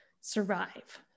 survive